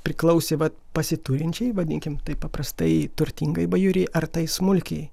priklausė vat pasiturinčiai vadinkim taip paprastai turtingai bajorijai ar tai smulkiai